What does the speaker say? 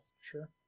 Sure